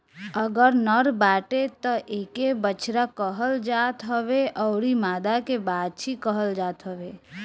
अगर नर बाटे तअ एके बछड़ा कहल जात हवे अउरी मादा के बाछी कहल जाता हवे